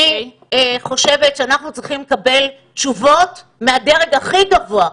אני חושבת שאנחנו צריכים לקבל תשובות מהדרג הכי גבוה,